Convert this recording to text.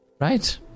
right